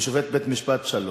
ושופט בית-משפט שלום,